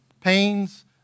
pains